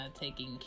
taking